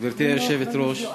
גברתי היושבת-ראש,